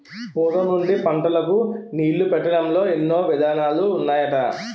పూర్వం నుండి పంటలకు నీళ్ళు పెట్టడంలో ఎన్నో విధానాలు ఉన్నాయట